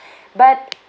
but